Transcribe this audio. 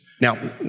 Now